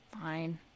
fine